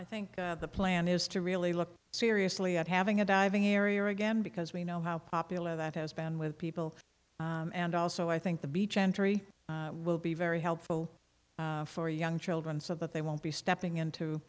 i think the plan is to really look seriously at having a diving area again because we know how popular that has been with people and also i think the beach entry will be very helpful for young children so that they won't be stepping into